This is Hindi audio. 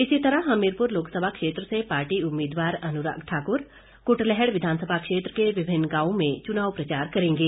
इसी तरह हमीरपुर लोकसभा क्षेत्र से पार्टी उम्मीदवार अनुराग ठाकुर कुटलैहड़ विधानसभा क्षेत्र के विभिन्न गांवों में चुनाव प्रचार करेंगे